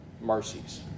mercies